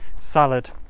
salad